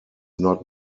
not